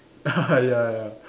ya ya